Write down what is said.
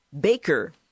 Baker